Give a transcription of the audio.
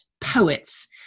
poets